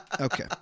Okay